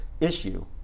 issue